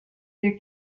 you